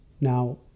Now